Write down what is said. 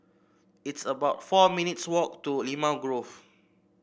it's about four minutes' walk to Limau Grove